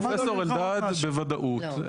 פרופסור אלדד בוודאות,